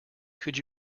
could